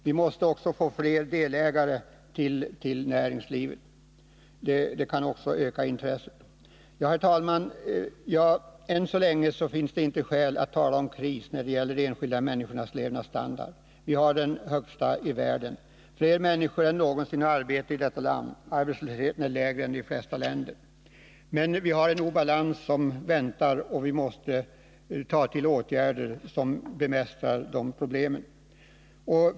Vi måste också få fler delägare i näringslivet. Även det kan öka intresset för företagens betydelse och villkor. Herr talman! Ännu finns det inte skäl att tala om en kris när det gäller de enskilda människornas levnadsstandard. Vi har den högsta levnadsstandarden i världen. Fler människor än någonsin har arbete i detta land, och arbetslösheten är lägre än i de flesta andra länder. Men vi har en obalans som nu måste angripas, och vi måste ta till åtgärder för att bemästra de problemen.